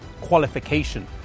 qualification